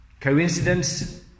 Coincidence